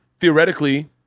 theoretically